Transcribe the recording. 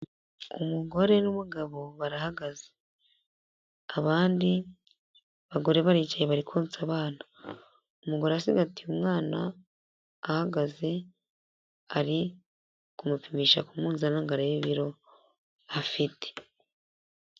Umugore n'umugabo barahagaze, abandi bagore baricaye barikonsa abana, umugore acigatiye umwana ahagaze ari kumupimisha ku munzani ngo arebe ibiro afite.